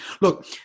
look